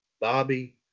Bobby